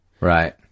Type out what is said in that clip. Right